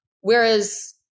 Whereas